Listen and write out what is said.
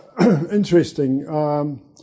interesting